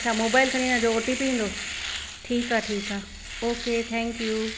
अच्छा मोबाइल खणी वञा जो ओ टी पी ईंदो ठीकु आहे ठीकु आहे ओके थैंक्यू